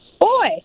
Boy